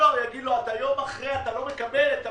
ואז יגידו לו אתה יום אחרי, אתה לא מקבל את הפטור.